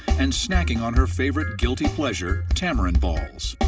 and snacking on her favorite guilty pleasure, tamarind balls.